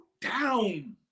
down